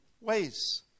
ways